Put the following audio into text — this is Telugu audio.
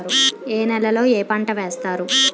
ఏ నేలలో ఏ పంట వేస్తారు?